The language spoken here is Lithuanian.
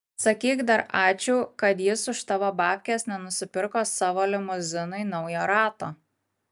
sakyk dar ačiū kad jis už tavo babkes nenusipirko savo limuzinui naujo rato